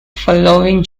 following